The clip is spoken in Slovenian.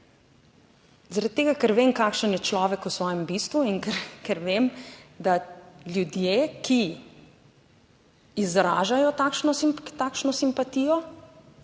tega, ker vem, kakšen je človek v svojem bistvu in ker vem, da ljudje, ki izražajo takšno, takšno